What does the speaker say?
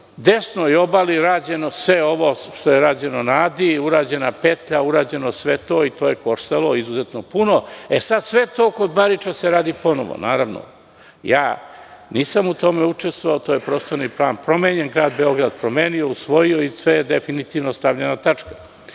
desnoj obali rađeno sve ovo što je rađeno na Adi, urađena petlja, urađeno sve to i to je izuzetno puno koštalo. Sada se sve to kod Bariča radi ponovo. Nisam u tome učestvovao. To je prostorni plan promenjen, Grad Beograd promenio, usvojio i na sve je definitivno stavljena tačka. Znači,